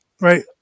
right